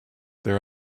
there